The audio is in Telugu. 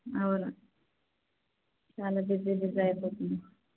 అవును చాలా బిజీ బిజీ అయిపోతుంది